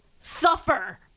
suffer